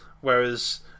Whereas